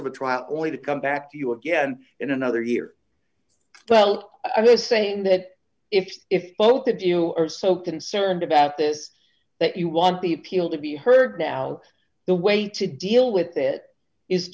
of a trial only to come back to you again in another year well i was saying that if if both of you are so concerned about this that you want the appeal to be heard now the way to deal with it is